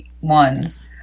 ones